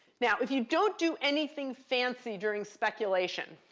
now, if you don't do anything fancy during speculation,